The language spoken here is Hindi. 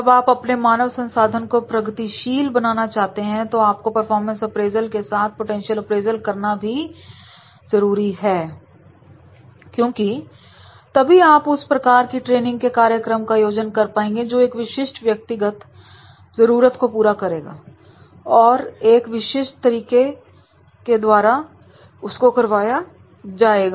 जब आप अपने मानव संसाधन को प्रगतिशील बनाना चाहते हैं तो आपको परफॉर्मेंस अप्रेजल के साथ पोटेंशियल अप्रेजल करना भी जरूरी है क्योंकि तभी आप उस प्रकार के ट्रेनिंग के कार्यक्रम का आयोजन कर पाएंगे जो एक विशिष्ट व्यक्तिगत जरूरत को पूरा करेगा और एक विशेष तरीके के द्वारा उसको करवाया जाएगा